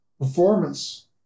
performance